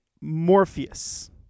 Morpheus